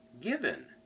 given